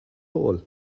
all